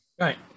Right